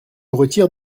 retire